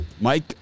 Mike